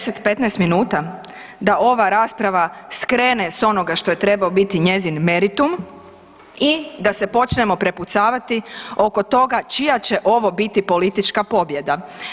10, 15 minuta da ova rasprava skrene s onoga što je trebao biti njezin meritum i da se počnemo prepucavati oko toga čija će ovo biti politička pobjeda.